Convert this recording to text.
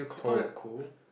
it's not that cold